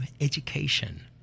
education